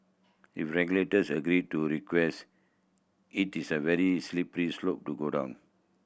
if regulators agree to request it is a very slippery slope to go down